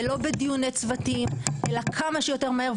ולא בדיוני צוותים, אלא כמה שיותר מהר.